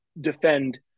defend